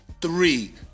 three